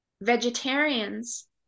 vegetarians